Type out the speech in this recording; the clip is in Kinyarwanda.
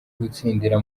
gutsindira